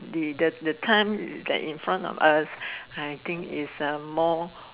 they does the time in front of us I think is more